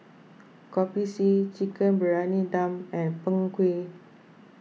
Kopi C Chicken Briyani Dum and Png Kueh